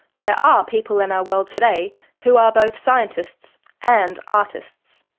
there are people in our world today who are both scientists and artists.